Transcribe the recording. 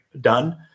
done